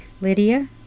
Lydia